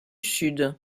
sud